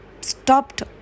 stopped